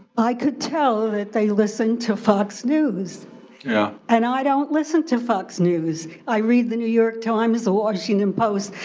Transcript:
i could tell that they listen to fox news yeah and i don't listen to fox news. i read the new york times, the washington post,